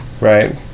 right